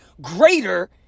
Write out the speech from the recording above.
greater